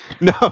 No